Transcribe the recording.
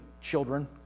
children